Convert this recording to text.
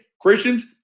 Christians